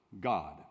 God